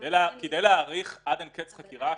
כדי להאריך עד אין קץ חקירה?